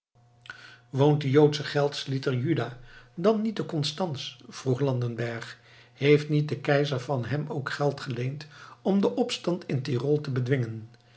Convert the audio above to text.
woont de joodsche geldschieter juda dan niet te constanz vroeg landenberg heeft niet de keizer van hem ook geld geleend om den opstand in tyrol te bedwingen